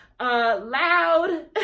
loud